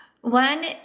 One